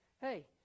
hey